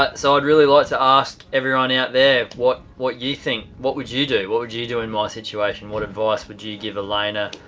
but so i'd really like to ask everyone out there what what you think? what would you do? what would you you do in my situation? what advice would you you give elayna?